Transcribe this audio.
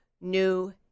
New